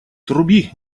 труби